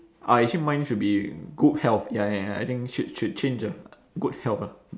ah actually mine should be good health ya ya ya I think should should change ah good health ah